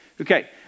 Okay